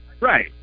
Right